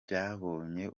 byabonye